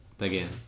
Again